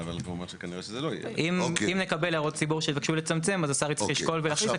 אם נקבל הערות ציבור שיבקשו לצמצם השר יצטרך לשקול והחליט,